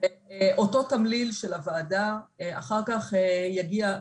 אותו תמליל של הוועדה אחר כך יגיע,